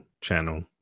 channel